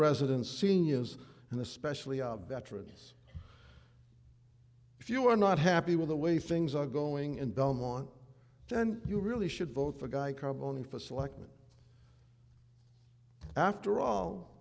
residence seniors and especially our veterans if you are not happy with the way things are going in belmont then you really should vote for guy carbone for selectman after all